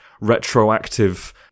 retroactive